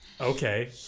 Okay